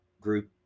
group